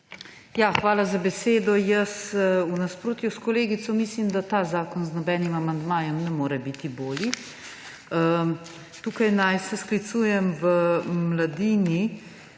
Hvala za besedo. Jaz v nasprotju s kolegico mislim, da ta zakon z nobenim amandmajem ne more biti boljši. V Mladini